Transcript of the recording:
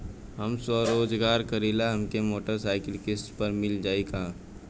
हम स्वरोजगार करीला हमके मोटर साईकिल किस्त पर मिल जाई का?